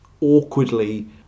awkwardly